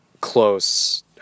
close